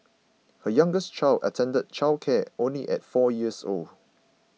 her youngest child attended childcare only at four years old